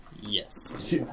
Yes